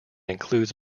includes